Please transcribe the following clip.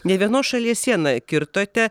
ne vienos šalies sieną kirtote